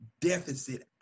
deficit